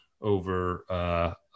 over